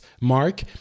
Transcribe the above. mark